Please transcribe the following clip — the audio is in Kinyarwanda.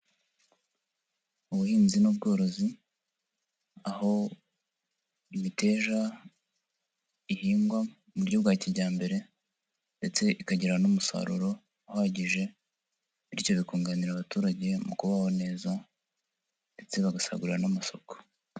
Ubuhinzi n'ubworozi aho imiteja ihingwa mu buryo bwa kijyambere ndetse ikagira n'umusaruro uhagije, bityo bikunganira abaturage mu kubaho neza, ndetse bagasagurira n'amasoko.